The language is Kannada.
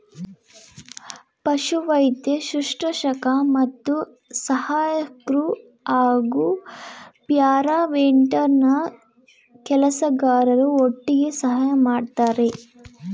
ಪಶುವೈದ್ಯ ಶುಶ್ರೂಷಕ ಮತ್ತು ಸಹಾಯಕ್ರು ಹಾಗೂ ಪ್ಯಾರಾವೆಟರ್ನರಿ ಕೆಲಸಗಾರರು ಒಟ್ಟಿಗೆ ಸಹಾಯ ಮಾಡ್ತರೆ